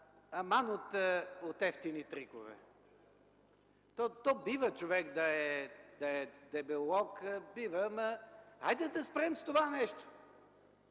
Аман от евтини трикове! То бива човек да е дебелоок, бива, но хайде да спрем с това нещо!